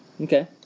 Okay